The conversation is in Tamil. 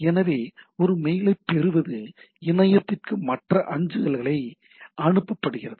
எனவே ஒரு மெயிலைப் பெறுவது இணையத்திற்கு மற்ற அஞ்சல்களுக்கு அனுப்பப்படுகிறது